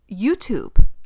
YouTube